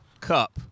cup